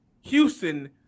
Houston